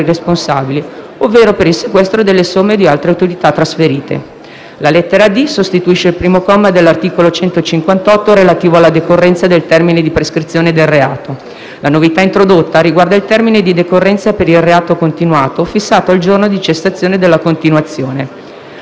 responsabili, ovvero per il sequestro delle somme o altre utilità trasferite. La lettera *d)* sostituisce il comma 1 dell'articolo 158, relativo alla decorrenza del termine di prescrizione del reato. La novità introdotta riguarda il termine di decorrenza per il reato continuato, fissato al giorno di cessazione della continuazione.